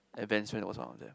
and Ben's was one of them